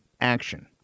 action